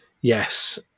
Yes